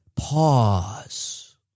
pause